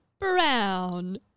Brown